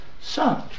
Son